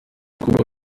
kuba